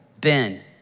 Ben